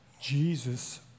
Jesus